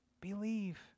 Believe